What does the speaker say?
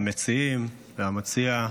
המציעים, והמציע,